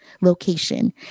location